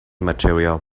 material